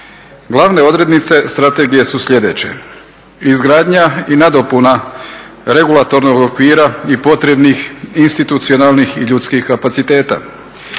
Glavne odrednice strategije su sljedeće: izgradnja i nadopuna regulatornog okvira i potrebnih institucionalnih i ljudskih kapaciteta,